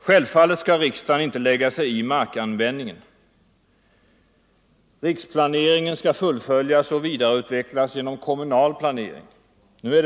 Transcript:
Självfallet skall riksdagen inte lägga sig i markanvändningen. Riksplaneringen skall fullföljas och vidareutvecklas genom kommunal planering.